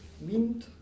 wind